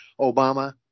Obama